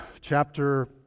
chapter